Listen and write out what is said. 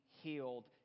healed